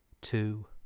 two